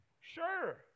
Sure